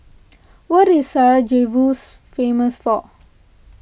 what is Sarajevo famous for